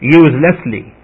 uselessly